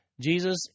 Jesus